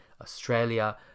Australia